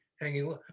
hanging